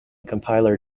compiler